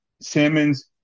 Simmons